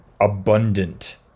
abundant